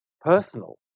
personal